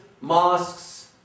mosques